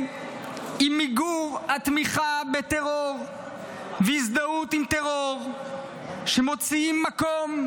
היא מיגור התמיכה בטרור והזדהות עם טרור שמוצאים מקום,